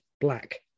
black